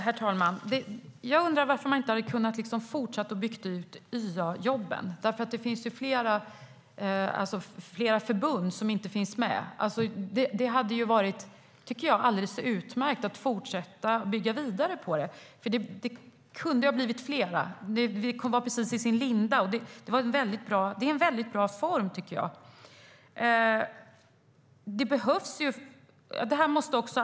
Herr talman! Jag undrar varför man inte kan fortsätta att bygga ut YA-jobben. Flera förbund finns inte med. Det hade varit alldeles utmärkt att fortsätta att bygga vidare på dem. Det kunde ha blivit fler. De var bara precis i sin linda. Det är en väldigt bra form, tycker jag.